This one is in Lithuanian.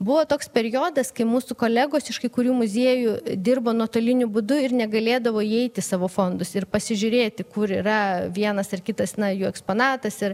buvo toks periodas kai mūsų kolegos iš kai kurių muziejų dirbo nuotoliniu būdu ir negalėdavo įeit į savo fondus ir pasižiūrėti kur yra vienas ar kitas na jų eksponatas ir